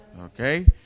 Okay